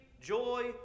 joy